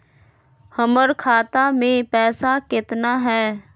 हमर खाता मे पैसा केतना है?